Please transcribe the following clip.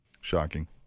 Shocking